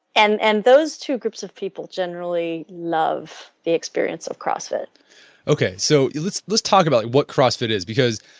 and and those two groups of people generally love the experience of crossfit okay. so let's let's talk about what crossfit is, because